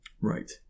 right